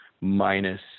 minus